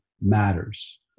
matters